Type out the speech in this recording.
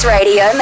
Radio